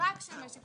רק של משק וכלכלה.